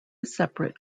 separate